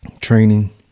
Training